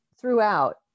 throughout